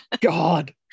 God